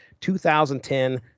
2010